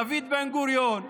דוד בן-גוריון,